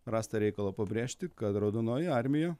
rasta reikalo pabrėžti kad raudonoji armija